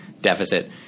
deficit